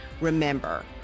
remember